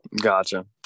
Gotcha